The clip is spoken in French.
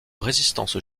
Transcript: résistance